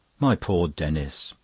my poor denis!